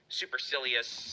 supercilious